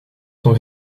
sont